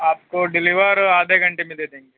آپ کو ڈلیور آدھے گھنٹے میں دے دیں گے